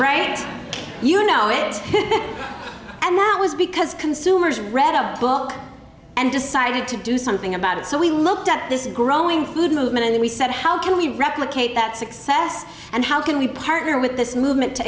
you know it and that was because consumers read a book and decided to do something about it so we looked at this growing food movement and we said how can we replicate that success and how can we partner with this movement to